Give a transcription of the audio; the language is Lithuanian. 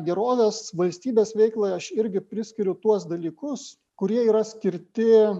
gerovės valstybės veiklai aš irgi priskiriu tuos dalykus kurie yra skirti